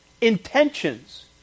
intentions